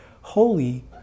holy